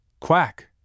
Quack